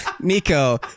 Nico